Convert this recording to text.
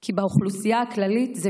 כי באוכלוסייה הכללית זה מתהפך,